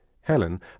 Helen